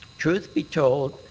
truth be told,